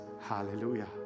hallelujah